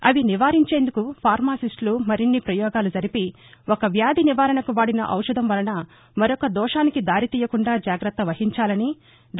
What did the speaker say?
అవి నివారించేందుకు ఫార్మాసిస్టులు మరిన్ని ప్రయోగాలు జరిపి ఒక వ్యాధి నివారణకు వాడిన ఒపధం వలన మరొక దోషానికి దారితీయకుండా జాగత్త వహించాలని డా